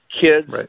Kids